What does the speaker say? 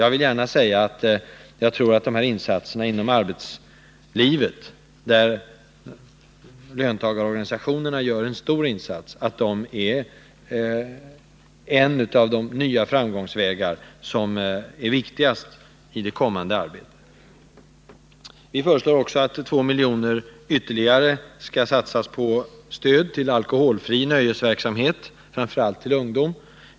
Jag vill gärna säga att jag tror att insatser inom arbetslivet — där framför allt löntagarorganisationerna har lämnat värdefulla bidrag — är en av de viktigaste framgångsvägarna i det kommande arbetet. Vi föreslår också att ytterligare 2 miljoner skall satsas på stöd till alkoholfri nöjesverksamhet, främst för ungdom.